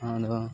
ᱟᱫᱚ